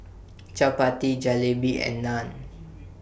Chapati Jalebi and Naan